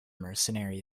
mercenary